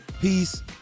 peace